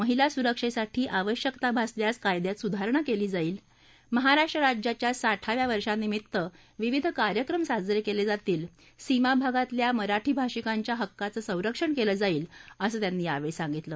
महिला सुरक्षेसाठी आवश्यकता भासल्यास कायद्यात सुधारणा केली जाईल महाराष्ट्र राज्याच्या साठाव्या वर्षांनिमित्त विविध कार्यक्रम साजरे केले जातील सीमाभागातल्या मराठी भाषिकांच्या हक्काचं संरक्षण केलं जाईल असं त्यांनी यावेळी सांगितलं